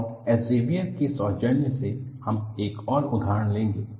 और एल्सेवियर के सौजान्य से हम एक और उदाहरण लेंगे